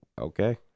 Okay